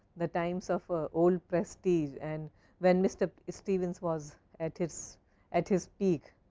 the times of ah old prestige and when mr. stevens was at his at his peak